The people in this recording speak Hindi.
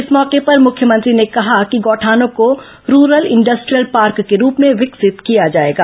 इस मौके पर मुख्यमंत्री ने कहा कि गौठानों को रूरल इंडस्ट्रियल पार्क के रूप में विकसित किया जाएगा